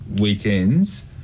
weekends